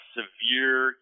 severe